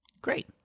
Great